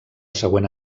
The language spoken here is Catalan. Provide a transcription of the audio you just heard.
següent